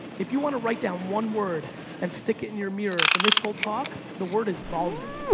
if you want to write down one word and stick it in your mirror from this whole talk, the word is volume.